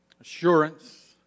assurance